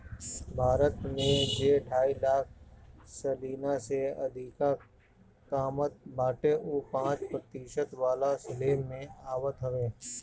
भारत में जे ढाई लाख सलीना से अधिका कामत बाटे उ पांच प्रतिशत वाला स्लेब में आवत हवे